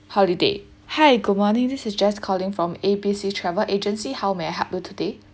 holiday hi good morning this is just calling from A B C travel agency how may I help you today